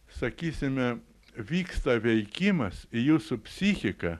sakysime vyksta veikimas jūsų psichika